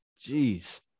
Jeez